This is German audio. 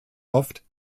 oft